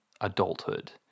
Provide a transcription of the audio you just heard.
adulthood